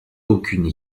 aucune